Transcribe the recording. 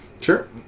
Sure